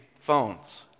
phones